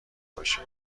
باشه